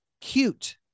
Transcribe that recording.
cute